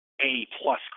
A-plus